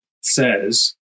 says